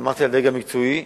סמכתי על הדרג המקצועי,